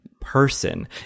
person